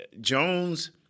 Jones